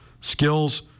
skills